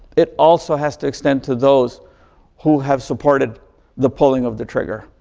it also has to extend to those who have supported the pulling of the trigger,